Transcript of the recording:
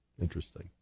Interesting